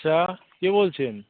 আচ্ছা কে বলছেন